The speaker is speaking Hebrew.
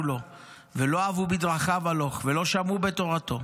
לו ולא אבו בדרכיו הלוך ולא שמעו בתורתו'.